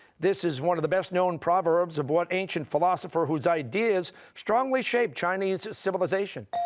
this is one of the best-known proverbs of what ancient philosopher whose ideas strongly shaped chinese civilization?